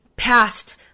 past